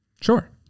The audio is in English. Sure